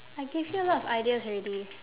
I give you a lot of ideas already